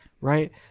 Right